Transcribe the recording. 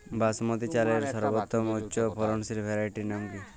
বাসমতী চালের সর্বোত্তম উচ্চ ফলনশীল ভ্যারাইটির নাম কি?